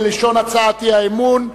כלשון הצעת האי-אמון.